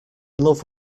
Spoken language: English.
love